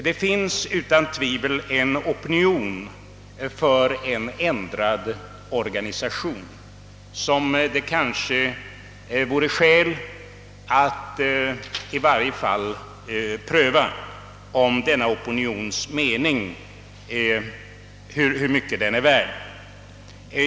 Det finns utan tvivel en opinion för en ändrad organisation. Det vore kanske skäl att i varje fall pröva hur mycket denna opinion är värd.